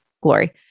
Glory